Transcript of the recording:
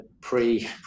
pre